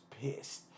pissed